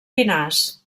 pinars